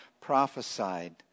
prophesied